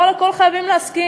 לא על הכול חייבים להסכים.